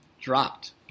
dropped